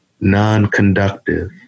non-conductive